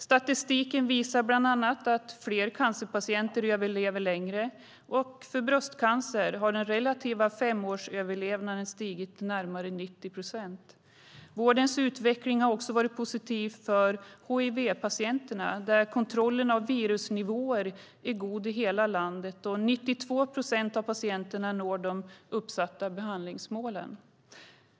Statistiken visar bland annat att fler cancerpatienter överlever längre, och för bröstcancer har den relativa femårsöverlevnaden stigit till närmare 90 procent. Vårdens utveckling har också varit positiv för hiv-patienterna, där kontrollen av virusnivåer är god i hela landet, och 92 procent av patienterna når de uppsatta behandlingsmålen.